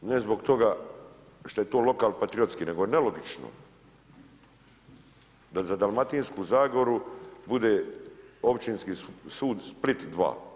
Ne zbog toga što je to lokal patriotski nego je nelogično da za Dalmatinsku zagoru bude Općinski sud Split II.